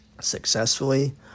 successfully